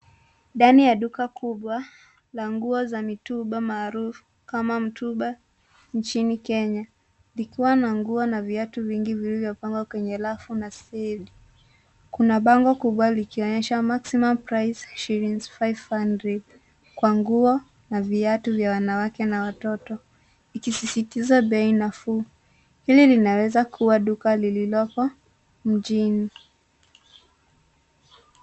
Ndani ya duka kubwa la nguo za mitumba maarufu kama mtumba nchini Kenya vikiwa na nguo na viatu vingi vilivyopangwa kwenye rafu na stendi. Kuna bango kubwa likionyesha maximum price sh 500 kwa nguo na viatu vya wanawake na watoto ikisisitiza bei nafuu. Hili linaweza kuwa duka lililoko mjini.